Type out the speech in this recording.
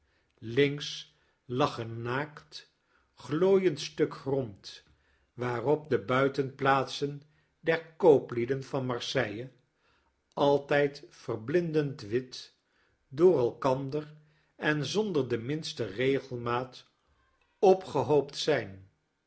links lag een naakt glooiend stuk grond waarop de buitenplaatsen der kooplieden van marseille altijd verblindend wit door elkander en zonder de minste regelmaat opgehoopt zijn